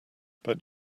but